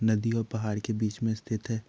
नदी और पहाड़ के बीच में स्थित है